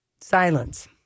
silence